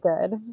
good